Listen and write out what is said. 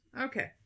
Okay